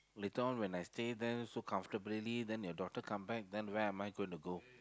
later on when I stay there so comfortably then your daughter come back then when am I gonna go